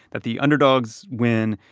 that the underdogs win,